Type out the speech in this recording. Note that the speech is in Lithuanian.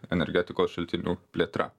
energetikos šaltinių plėtra